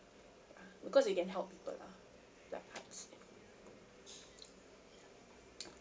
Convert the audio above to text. because it can help people lah like arts